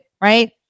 right